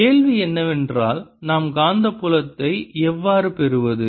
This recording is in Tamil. கேள்வி என்னவென்றால் நாம் காந்தப்புலத்தை எவ்வாறு பெறுவது